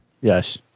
Yes